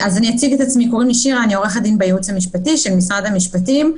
אני עורכת דין בייעוץ המשפטי במשרד המשפטים.